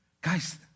Guys